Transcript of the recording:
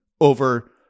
over